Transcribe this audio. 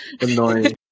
Annoying